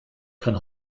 kann